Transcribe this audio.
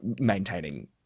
Maintaining